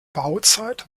bauzeit